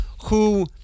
who-